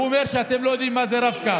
הוא אומר שאתם לא יודעים מה זה רב-קו,